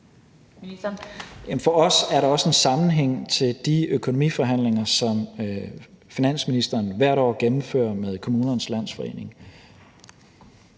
for os er der også en sammenhæng til de økonomiforhandlinger, som finansministeren hvert år gennemfører med Kommunernes Landsforening.